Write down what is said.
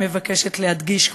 היא מבקשת להדגיש,